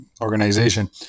organization